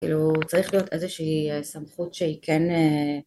כאילו צריך להיות איזושהי סמכות שהיא כן